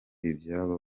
ibyabo